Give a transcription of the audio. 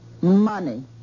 Money